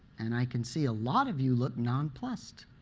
and i can see a lot of you look nonplussed.